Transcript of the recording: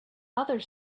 other